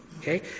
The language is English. Okay